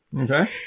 Okay